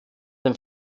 dem